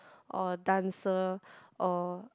or dancer or